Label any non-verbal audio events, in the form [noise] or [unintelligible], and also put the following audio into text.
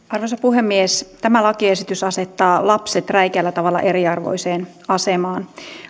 [unintelligible] arvoisa puhemies tämä lakiesitys asettaa lapset räikeällä tavalla keskenään eriarvoiseen asemaan